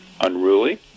unruly